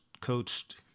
coached